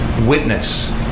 Witness